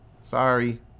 sorry